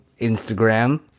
Instagram